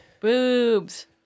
Boobs